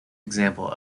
example